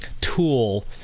tool